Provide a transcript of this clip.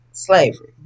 Slavery